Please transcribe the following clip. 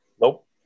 Nope